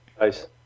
Nice